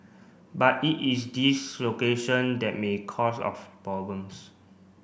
but it is this location that may cause of problems